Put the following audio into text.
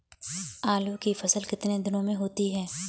आलू की फसल कितने दिनों में होती है?